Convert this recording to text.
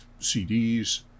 CDs